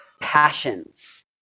passions